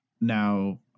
Now